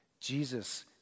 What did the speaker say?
Jesus